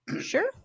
Sure